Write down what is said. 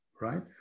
right